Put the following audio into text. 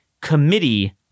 committee